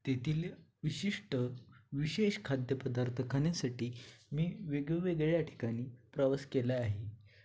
तेथील विशिष्ट विशेष खाद्यपदार्थ खाण्यासाठी मी वेगळ्यावेगळ्या ठिकाणी प्रवास केला आहे